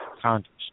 contest